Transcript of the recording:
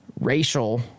racial